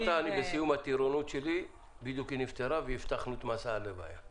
בסיום הטירונות שלי היא בדיוק נפטרה ואבטחנו את מסע הלוויה שלה.